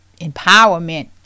empowerment